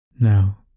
Now